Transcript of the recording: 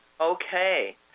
Okay